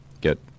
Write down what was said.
get